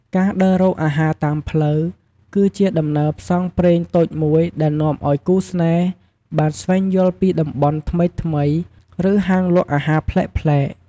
ការដើររកអាហារតាមផ្លូវ គឺជាដំណើរផ្សងព្រេងតូចមួយដែលនាំឲ្យគូស្នេហ៍បានស្វែងយល់ពីតំបន់ថ្មីៗ ឬហាងលក់អាហារប្លែកៗ។